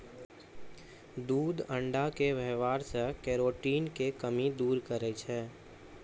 दूध अण्डा के वेवहार से केरोटिन के कमी दूर करै छै